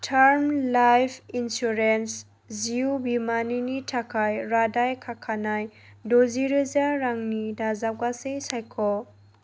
term life insurance जिउ बीमानि थाखाय रादाय खाखानाय द'जि रोजा रांनि दाजाबगासै सायख'